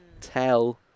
Tell